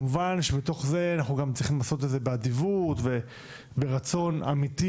כמובן שבתוך זה אנחנו גם צריכים לעשות את זה באדיבות וברצון אמיתי,